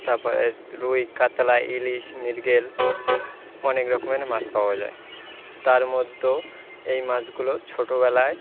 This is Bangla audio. তার পরে রুই কাতলা ইলিশ মৃগেল অনেক রকমের মাছ পাওয়া যায় তার মধ্যেও এই মাছগুলো ছোটোবেলায়